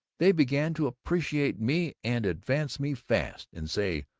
they began to appreciate me and advance me fast, and say,